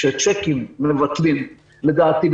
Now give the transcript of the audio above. לדעתי,